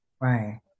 Right